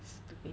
stupid